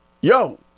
yo